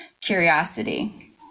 curiosity